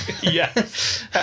Yes